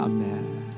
Amen